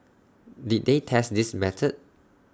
did they test this method